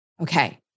Okay